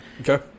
Okay